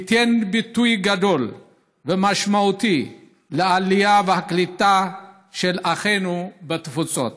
ייתן ביטוי גדול ומשמעותי לעלייה ולקליטה של אחינו בתפוצות.